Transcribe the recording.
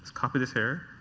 copy this here.